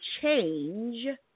change